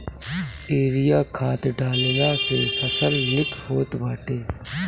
urea खाद डालला से फसल निक होत बाटे